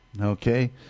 okay